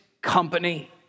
company